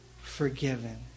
forgiven